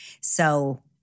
So-